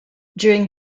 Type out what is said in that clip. during